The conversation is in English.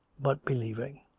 but believing.